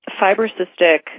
fibrocystic